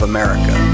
America